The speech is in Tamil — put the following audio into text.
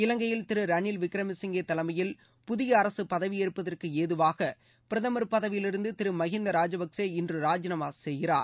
இலங்கையில் திரு ரனில் விக்ரமசிங்கே தலைமையில் புதிய அரசு பதவியேற்பதற்கு ஏதுவாக பிரதமர் பதவியிலிருந்து திரு மகிந்தா ராஜபக்சே இன்று ராஜினாமா செய்கிறார்